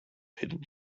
hidden